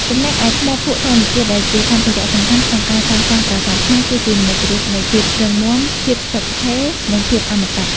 ចំណែកឯ ថ្មភក់ធម្មជាតិ ដែលជាសម្ភារៈសំខាន់ក្នុងការសាងសង់ប្រាសាទខ្មែរ គឺជានិមិត្តរូបនៃ ភាពរឹងមាំ ភាពស្ថិតស្ថេរ និងភាពអមតៈ។